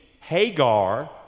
Hagar